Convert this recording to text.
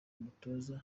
umutoza